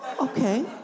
okay